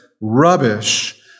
rubbish